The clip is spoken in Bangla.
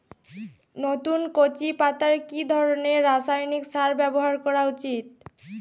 নতুন কচি পাতায় কি ধরণের রাসায়নিক সার ব্যবহার করা উচিৎ?